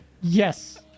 Yes